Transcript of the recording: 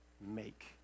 make